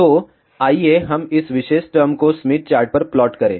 तो आइए हम इस विशेष टर्म को स्मिथ चार्ट पर प्लॉट करें